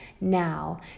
Now